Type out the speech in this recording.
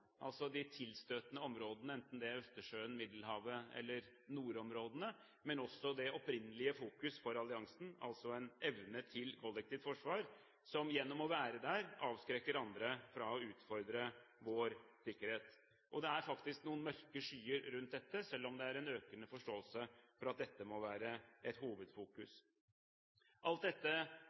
altså når det gjelder de tilstøtende områdene, enten det er Østersjøen, Middelhavet eller Nordområdene – men også det opprinnelige fokus for alliansen, altså evnen til kollektivt forsvar som gjennom å være der avskrekker andre fra å utfordre vår sikkerhet. Det er faktisk noen mørke skyer over dette, selv om det er en økende forståelse for at dette må være et hovedfokus. Alt dette